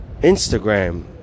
Instagram